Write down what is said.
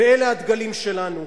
אלה הדגלים שלנו.